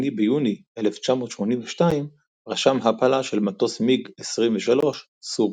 ביוני 1982 רשם הפלה של מטוס מיג 23 סורי.